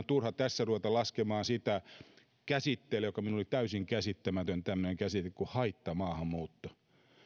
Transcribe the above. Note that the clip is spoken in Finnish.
turha tässä ruveta laskemaan sitä joka minulle oli täysin käsittämätön tämmöinen käsite kuin haittamaahanmuutto